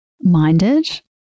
minded